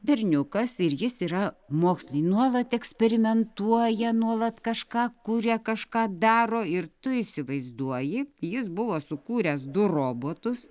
berniukas ir jis yra mokslin nuolat eksperimentuoja nuolat kažką kuria kažką daro ir tu įsivaizduoji jis buvo sukūręs du robotus